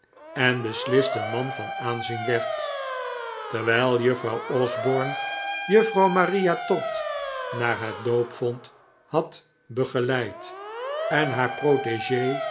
en beslist een man van aanzien werd terwijl juffrouw osborne juffrouw maria todd naar het doopvont had begeleid en haar protegee